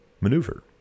maneuver